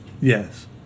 Yes